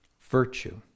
Virtue